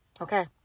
Okay